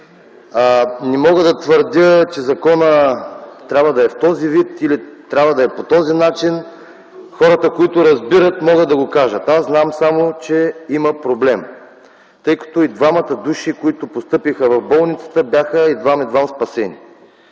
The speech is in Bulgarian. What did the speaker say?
Не мога да твърдя, че законът трябва да е в този вид или трябва да е по този начин. Хората, които разбират, могат да го кажат. Аз знам само, че има проблем, тъй като и двамата души, които постъпиха в болницата, бяха едвам, едвам спасени.